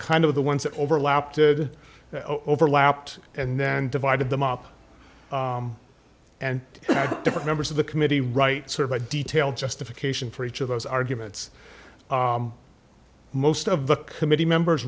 kind of the ones that overlap to overlapped and then divided them up and different members of the committee write sort of a detailed justification for each of those arguments most of the committee members